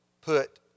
put